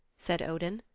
said odin.